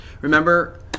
Remember